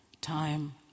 Time